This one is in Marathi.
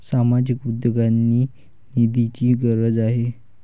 सामाजिक उद्योगांनाही निधीची गरज आहे